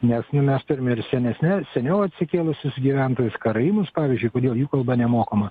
nes mes turim ir senesnes seniau atsikėlusius gyventojus karaimus pavyzdžiui kodėl jų kalba nemokama